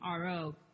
RO